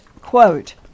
quote